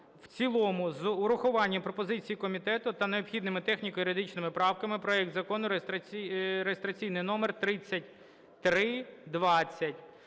в цілому з урахуванням пропозицій комітету та необхідними техніко-юридичними правками проект Закону (реєстраційний номер 3320)